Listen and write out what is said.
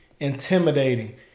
Intimidating